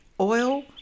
oil